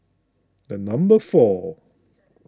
number four